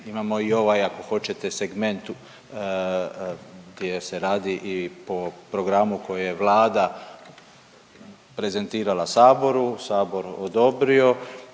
imamo i ovaj ako hoćete segment gdje se radi i po programu koji je Vlada prezentirala saboru, sabor odobrio